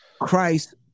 Christ